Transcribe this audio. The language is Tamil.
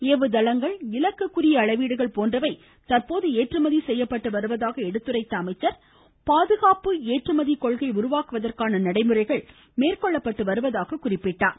ஏவுதளங்கள் இலக்கு குறி அளவீடுகள் போன்றவை தற்போது ஏற்றுமதி செய்யப்பட்டு வருவதாக எடுத்துரைத்த அவர் பாதுகாப்பு ஏற்றுமதி கொள்கை உருவாக்குவதற்கான நடைமுறைகள் மேற்கொள்ளப் பட்டு வருவதாகக் குறிப்பிட்டார்